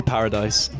Paradise